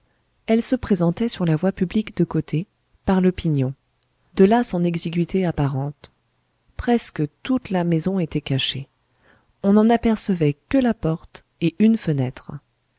elle se présentait sur la voie publique de côté par le pignon de là son exiguïté apparente presque toute la maison était cachée on n'en apercevait que la porte et une fenêtre